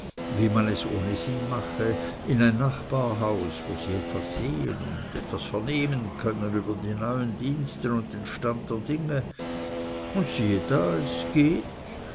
wie man es ohne sie mache in ein nachbarhaus wo sie etwas sehen und etwas vernehmen können über die neuen diensten und den stand der dinge und siehe da es geht